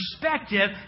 perspective